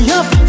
up